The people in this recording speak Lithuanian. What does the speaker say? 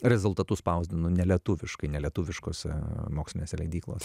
rezultatus spausdinu nelietuviškai nelietuviškose mokslinėse leidyklose